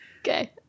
Okay